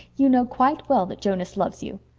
you know quite well that jonas loves you.